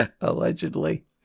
Allegedly